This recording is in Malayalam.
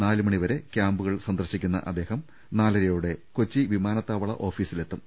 നാലുമണിവരെ ക്യാമ്പുകൾ സന്ദർശിക്കുന്ന അദ്ദേഹം നാലരയോടെ കൊച്ചി വിമാന ത്താവള ഓഫീസിലെത്തും